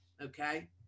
Okay